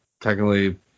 technically